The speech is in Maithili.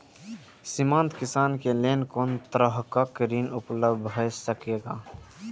सीमांत किसान के लेल कोन तरहक ऋण उपलब्ध भ सकेया?